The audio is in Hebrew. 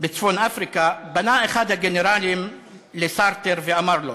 בצפון-אפריקה, פנה אחד הגנרלים לסארטר ואמר לו: